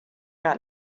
got